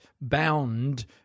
bound